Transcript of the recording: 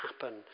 happen